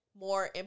more